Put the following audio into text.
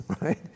right